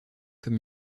comme